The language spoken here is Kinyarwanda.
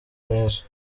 neza